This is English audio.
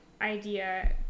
idea